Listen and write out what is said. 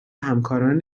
همکاران